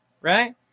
right